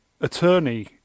attorney